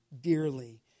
dearly